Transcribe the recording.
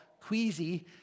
queasy